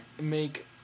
make